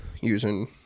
using